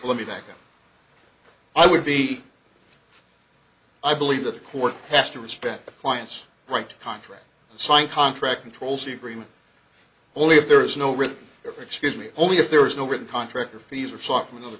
let me back up i would be i believe that the court has to respect the client's right contract signed contract controls the agreement only if there is no written excuse me only if there is no written contract or fees or slot from another